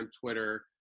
Twitter